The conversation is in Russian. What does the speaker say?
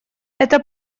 эта